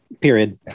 period